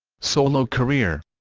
solo career